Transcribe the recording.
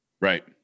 Right